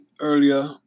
earlier